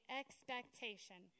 expectation